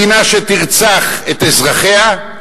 מדינה שתרצח את אזרחיה,